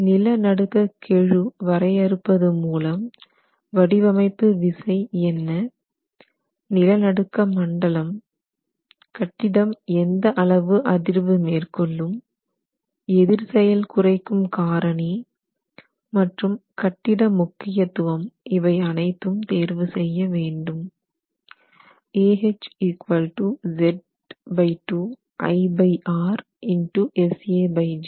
நில நடுக்க கெழு வரையறுப்பது மூலம் வடிவமைப்பு விசை என்ன நிலநடுக்க மண்டலம் Z2 கட்டிடம் எந்த அளவு அதிர்வு Sag மேற்கொள்ளும் எதிர் செயல் குறைக்கும் காரணி மற்றும் கட்டிட முக்கியத்துவம் இவை அனைத்தும் தேர்வு செய்ய பயன்படும்